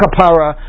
Kapara